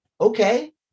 okay